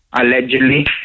allegedly